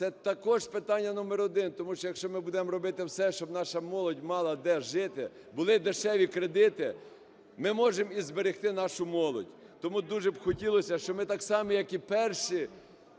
це також питання номер один, тому що, якщо ми будемо робити все, щоб наша молодь мала де жити, були дешеві кредити, ми можемо і зберегти нашу молодь. Тому дуже б хотілося, щоб ми так само, як і перші